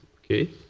okay?